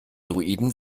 druiden